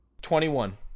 Twenty-one